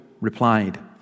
replied